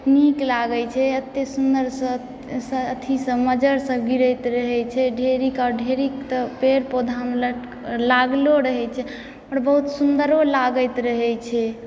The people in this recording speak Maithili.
नीक लागैत छै अतय सुन्दरसँ अथीसँ मजरसभ गिरैत रहै छै ढेरीकऽ ढेरी तऽ पेड़ पौधामऽ लट लागलो रहैत छै आओर बहुत सुन्दरो लागैत रहैत छै